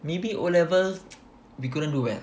maybe O level we couldn't do well